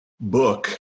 book